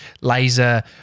laser